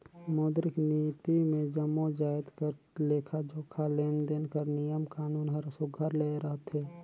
मौद्रिक नीति मे जम्मो जाएत कर लेखा जोखा, लेन देन कर नियम कानून हर सुग्घर ले रहथे